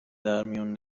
درمیون